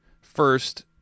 first